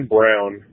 Brown